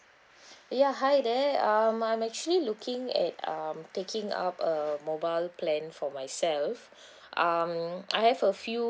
ya hi there um I'm actually looking at (am) taking up a mobile plan for myself um I have a few